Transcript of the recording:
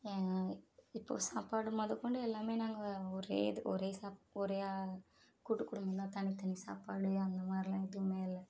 இப்போது சாப்பாடு மொதகொண்டு எல்லாம் நாங்கள் ஒரே இது ஒரே ஒரே கூட்டு குடும்பம் தான் தனி தனி சாப்பாடு அந்த மாதிரிலாம் எதுவும் இல்லை